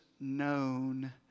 known